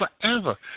forever